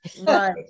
right